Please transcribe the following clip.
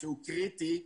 והוא קריטי,